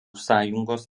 sąjungos